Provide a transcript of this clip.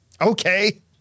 Okay